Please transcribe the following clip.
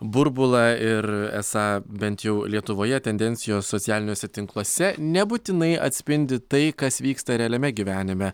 burbulą ir esą bent jau lietuvoje tendencijos socialiniuose tinkluose nebūtinai atspindi tai kas vyksta realiame gyvenime